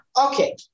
Okay